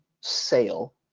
sale